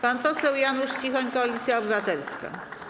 Pan poseł Janusz Cichoń, Koalicja Obywatelska.